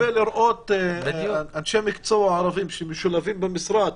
שאתה מצפה לראות אנשי מקצוע ערבים שמשולבים במשרד,